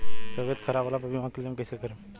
तबियत खराब होला पर बीमा क्लेम कैसे करम?